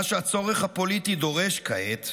מה שהצורך הפוליטי דורש כעת,